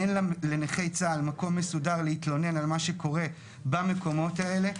אין לנכי צה"ל מקום מסודר להתלונן על מה שקורה במקומות האלה.